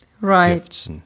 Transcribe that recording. right